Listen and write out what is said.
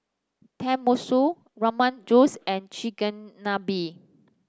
Tenmusu Rogan Josh and Chigenabe